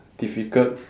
difficult